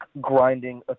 grinding